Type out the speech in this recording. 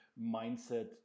mindset